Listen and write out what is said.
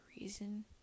reason